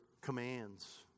commands